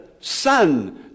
sun